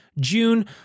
June